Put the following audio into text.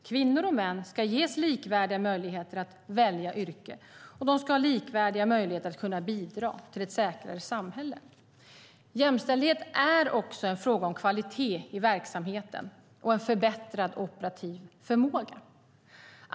Kvinnor och män ska ges likvärdiga möjligheter att välja yrke och de ska ha likvärdiga möjligheter att kunna bidra till ett säkrare samhälle. Jämställdhet är också en fråga om kvalitet i verksamheten och en förbättrad operativ förmåga.